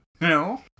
No